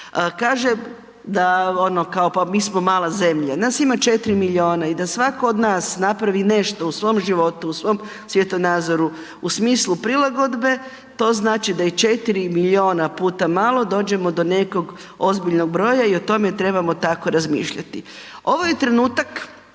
kao, pa mi smo mala zemlja. Nas ima 4 milijuna i da svatko od nas napravi nešto u svom životu, u svom svjetonazoru u smislu prilagodbe, to znači da je 4 milijuna puta malo, dođemo do nekog ozbiljnog broja i o tome trebamo tako razmišljati. Ovo je trenutak